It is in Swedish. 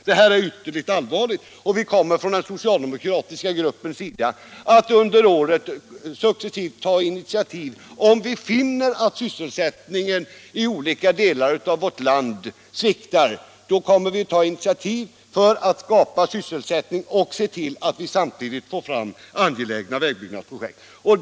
Detta är ytterligt allvarligt, och vi kommer från den socialdemokratiska gruppens sida att under året successivt ta initiativ, om vi finner att sysselsättningen i olika delar av vårt land sviktar, för att skapa sysselsättning och se till att vi samtidigt får fram angelägna vägbyggnadsprojekt.